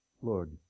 Lord